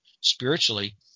spiritually